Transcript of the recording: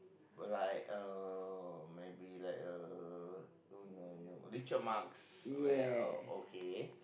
like uh maybe like uh Richard-Marx o~ okay